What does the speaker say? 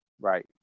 Right